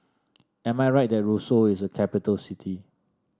am I right that Roseau is capital city